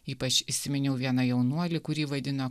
ypač įsiminiau vieną jaunuolį kurį vaidino